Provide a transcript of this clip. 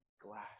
glass